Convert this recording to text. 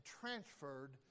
transferred